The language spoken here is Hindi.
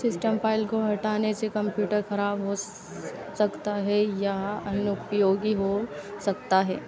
सिस्टम फ़ाइल को हटाने से कंप्यूटर खराब हो सकता है या अनुपयोगी हो सकता है